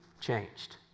changed